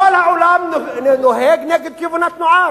כל העולם נוהג נגד כיוון התנועה,